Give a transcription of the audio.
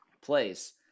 place